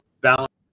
balance